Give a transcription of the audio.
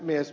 puhemies